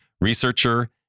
researcher